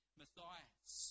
Matthias